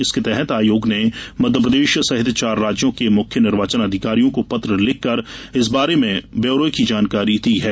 इसके तहत आयोग ने मध्यप्रदेश सहित चार राज्यों के मुख्य चुनाव अधिकारियों को पत्र लिखकर इस बारे में ब्यौरे की जानकारी दी है